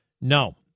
no